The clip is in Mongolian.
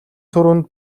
түрүүнд